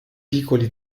piccoli